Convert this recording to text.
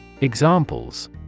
Examples